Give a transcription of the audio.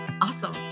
Awesome